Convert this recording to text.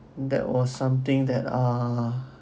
that was something that ah